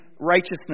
righteousness